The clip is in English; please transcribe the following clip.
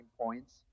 points